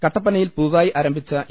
കട്ടപ്പനയിൽ പുതുതായി ആരംഭിച്ച് ഇ